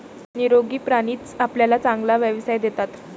निरोगी प्राणीच आपल्याला चांगला व्यवसाय देतात